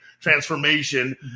transformation